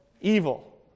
evil